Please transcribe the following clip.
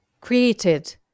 created